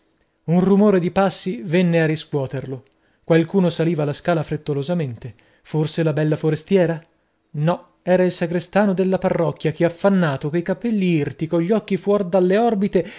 un rumore di passi venne a riscuoterlo qualcuno saliva la scala frettolosamente fosse la bella forestiera no era il sagrestano della parrocchia che affannato coi cappelli irti cogli occhi fuor dalle orbite